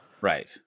Right